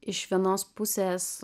iš vienos pusės